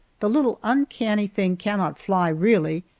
the little uncanny thing cannot fly, really,